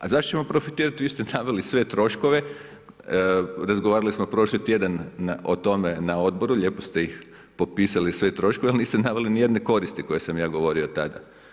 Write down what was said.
A zašto ćemo profitirati, vi ste naveli sve troškove, razgovarali smo prošli tjedan o tome na Odboru, lijepo ste ih popisali sve troškove, ali niste naveli ni jedne koristi koje sam ja govorio tada.